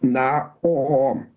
na o